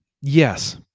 Yes